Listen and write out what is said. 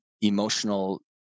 emotional